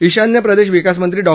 ईशान्य प्रदेश विकास मंत्री डॉ